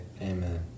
amen